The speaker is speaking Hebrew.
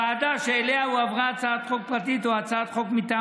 ועדה שאליה הועברה הצעת חוק פרטית או הצעת חוק מטעם